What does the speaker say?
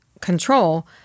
control